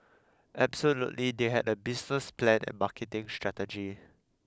absolutely they had a business plan and marketing strategy